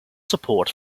support